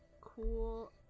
cool